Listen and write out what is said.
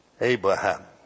Abraham